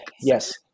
Yes